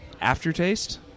aftertaste